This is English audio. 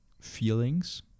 feelings